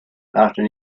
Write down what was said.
after